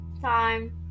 time